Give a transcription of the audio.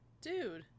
dude